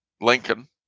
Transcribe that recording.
Lincoln